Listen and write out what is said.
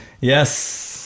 Yes